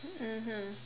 mmhmm